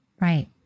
Right